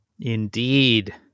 Indeed